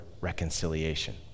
reconciliation